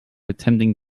attempting